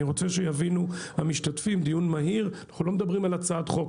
אני רוצה שיבינו המשתתפים בדיון מהיר אנחנו לא מדברים על הצעת חוק,